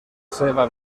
seva